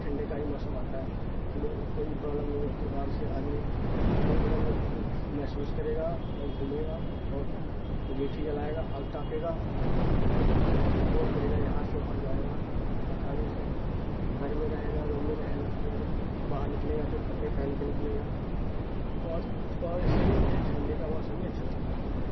ٹھنڈے کا ہی موسم آتا ہے کہ مجھے کوئی کرابلم نہیں ہوتی آرام سے آدمی گرم گرم محسوس کرے گا اور گھومے گا اور انگیٹھی جلائے گا آگ تاپے گا اور چیزوں کو ایکسپلور کرے گا یہاں سے وہاں جائے گا آسانی سے گھر میں رہے گا روم میں رہے گا یا باہر نکلے گا تو کپڑے پہن کے نکلے گا اور اور ایسے ہی مجھے ٹھنڈی کا موسم ہی اچھا لگتا